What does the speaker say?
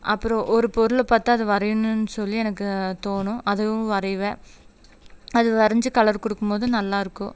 அப்புறம் ஒரு பொருளை பார்த்தா அத வரையணும் சொல்லி எனக்கு தோணும் அதுவும் வரைவேன் அது வரைஞ்சி கலர் கொடுக்கும் போது நல்லாயிருக்கும்